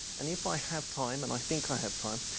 and if i have time, and i think i have time,